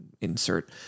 insert